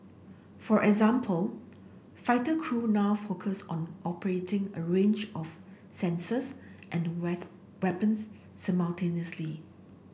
for example fighter crew now focus on operating a range of sensors and red weapons simultaneously